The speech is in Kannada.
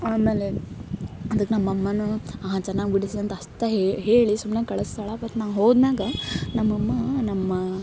ಆಮೇಲೆ ಅದಕ್ಕೆ ನಮ್ಮಮ್ಮನೂ ಆಹ್ ಚೆನ್ನಾಗಿ ಬಿಡಿಸಿ ಅಂತ ಅಷ್ಟ ಹೇಳಿ ಸುಮ್ಮನೆ ಕಳಸ್ತಾಳ ಬಟ್ ನಾ ಹೋದ ಮ್ಯಾಗ ನಮ್ಮಮ್ಮ ನಮ್ಮ